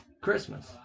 christmas